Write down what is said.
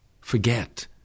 forget